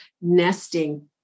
nesting